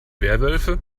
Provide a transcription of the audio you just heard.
werwölfe